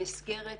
המסגרת,